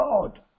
God